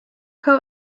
coat